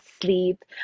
sleep